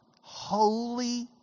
holy